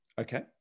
Okay